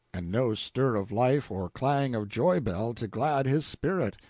and no stir of life or clang of joy-bell to glad his spirit.